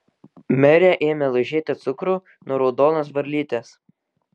merė ėmė laižyti cukrų nuo raudonos varlytės